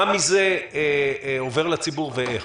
מה מזה עובר לציבור ואיך?